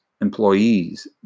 employees